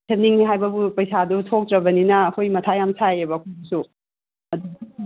ꯁꯦꯝꯅꯤꯡꯉꯦ ꯍꯥꯏꯕꯕꯨ ꯄꯩꯁꯥꯗꯣ ꯊꯣꯛꯇ꯭ꯔꯕꯅꯤꯅ ꯑꯩꯈꯣꯏ ꯃꯊꯥ ꯌꯥꯝ ꯁꯥꯏꯌꯦꯕ ꯑꯩꯈꯣꯏꯒꯤꯁꯨ